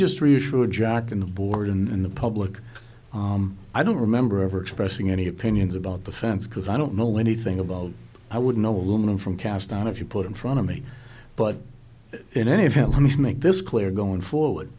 just reassure jock in the board and the public i don't remember ever expressing any opinions about the fans because i don't know anything about i would know a woman from cast on if you put in front of me but in any families make this clear going forward